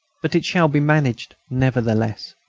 but it shall be managed nevertheless.